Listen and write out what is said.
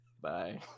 Bye